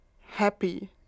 Happy